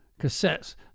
cassettes